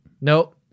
Nope